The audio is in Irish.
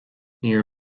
níor